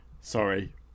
Sorry